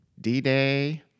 D-Day